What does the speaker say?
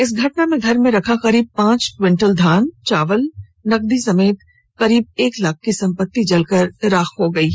इस घटना में घर में रखा करीब पांच क्विंटल धान चावल नकदी समेत करीब एक लाख की संपत्ति जलकर राख हो गयी